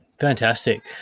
Fantastic